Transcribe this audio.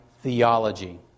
theology